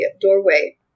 doorway